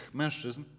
mężczyzn